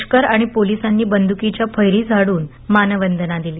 लष्कर आणि पोलिसांनी बंदुकीच्या फैरी झाडून मानवंदना देण्यात आली